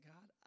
God